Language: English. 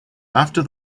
after